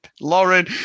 Lauren